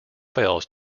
fails